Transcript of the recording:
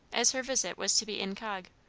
as her visit was to be incog.